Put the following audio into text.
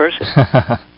person